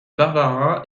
barbara